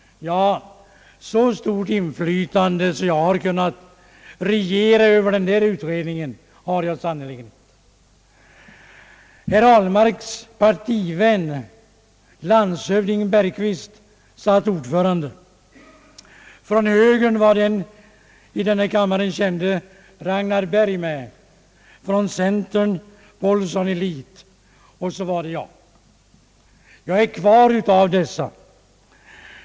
Så stort inflytande att jag kunnat regera Över utredningen har jag sannerligen inte! Herr Ahlmarks partivän landshövding Bergqvist satt som ordförande. Från högern var det den i denna kammare kände Ragnar Bergh, från centern Pålsson i Lit och så var det jag, som fortfarande är kvar.